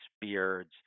beards